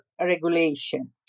regulation